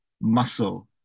muscle